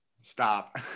Stop